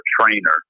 trainer